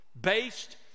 based